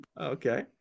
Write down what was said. okay